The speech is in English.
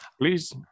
Please